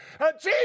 Jesus